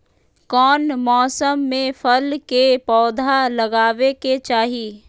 कौन मौसम में फल के पौधा लगाबे के चाहि?